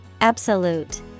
Absolute